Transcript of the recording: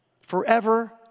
Forever